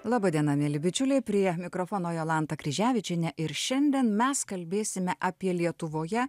laba diena mieli bičiuliai prie mikrofono jolanta kryževičienė ir šiandien mes kalbėsime apie lietuvoje